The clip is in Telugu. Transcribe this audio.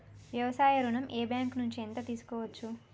వ్యవసాయ ఋణం ఏ బ్యాంక్ నుంచి ఎంత తీసుకోవచ్చు?